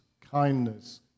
kindness